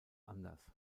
anders